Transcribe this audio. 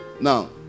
Now